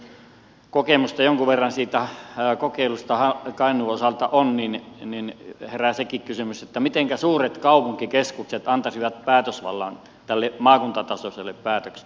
ennen kaikkea kun kokemusta jonkun verran siitä kokeilusta kainuun osalta on herää sekin kysymys miten suuret kaupunkikeskukset antaisivat päätösvallan tälle maakuntatasoiselle päätöksenteolle